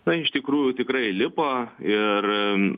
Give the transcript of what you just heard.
tai iš tikrųjų tikrai lipa ir